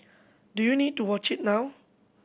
do you need to watch it now